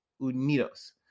Unidos